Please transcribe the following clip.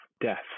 death